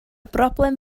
broblem